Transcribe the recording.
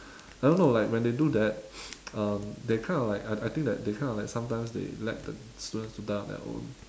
I don't know like when they do that um they kind of like I I think that they kind of like sometimes they let the students to die on their own